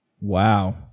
Wow